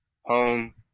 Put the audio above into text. home